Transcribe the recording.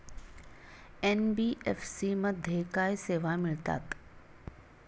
NBFC मध्ये काय सेवा मिळतात?